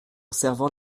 servant